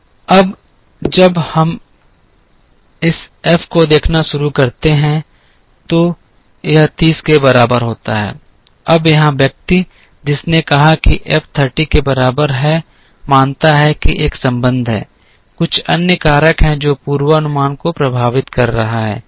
अब जब हम इस एफ को देखना शुरू करते हैं तो यह 30 के बराबर होता है अब यहां व्यक्ति जिसने कहा कि एफ 30 के बराबर है मानता है कि एक संबंध है कुछ अन्य कारक है जो पूर्वानुमान को प्रभावित कर रहा है